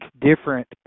different